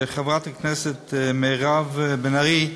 חברת הכנסת מירב בן ארי,